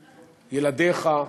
ילדיך,